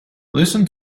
listen